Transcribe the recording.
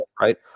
Right